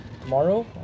tomorrow